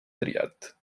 triat